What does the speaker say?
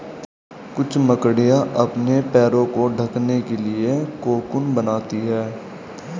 कुछ मकड़ियाँ अपने पैरों को ढकने के लिए कोकून बनाती हैं